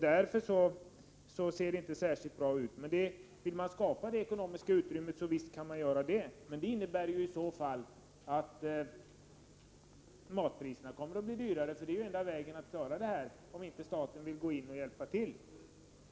Därför ser det inte särskilt bra ut. Men vill man skapa detta ekonomiska utrymme, så visst går det. Det innebär emellertid i så fall att matpriserna kommer att bli högre, för det är enda vägen att klara den saken, om inte staten vill gå in och hjälpa till.